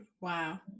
Wow